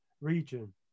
region